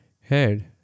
head